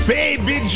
Baby